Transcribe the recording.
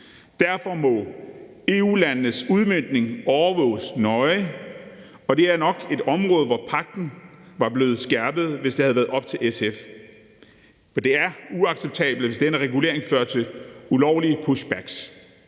Derfor må EU-landenes udmøntning overvåges nøje, og det er nok et område, hvor det i forhold til pagten var blevet skærpet, hvis det havde været op til SF. For det er uacceptabelt, hvis denne regulering fører til ulovlige pushbacks.